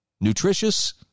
nutritious